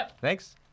Thanks